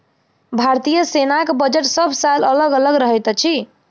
भारतीय सेनाक बजट सभ साल अलग अलग रहैत अछि